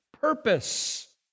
purpose